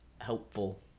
helpful